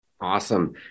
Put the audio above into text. Awesome